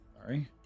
Sorry